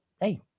hey